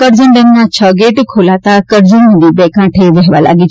કરજણ ડેમના છ ગેટ ખોલાતા કરજણ નદી બે કાંઠે વહેવા લાગી છે